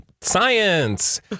science